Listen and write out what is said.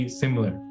similar